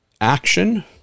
action